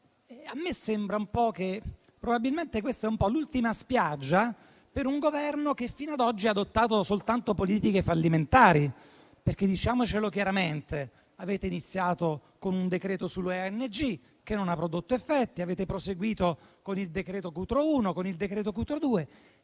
A me sembra che, probabilmente, questa sia l'ultima spiaggia per un Governo che, fino ad oggi, ha adottato soltanto politiche fallimentari. Diciamocelo chiaramente: avete iniziato con un decreto sulle ONG, che non ha prodotto effetti. Avete proseguito con il decreto Cutro uno, con il decreto Cutro